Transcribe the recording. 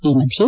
ಈ ಮಧ್ಯೆ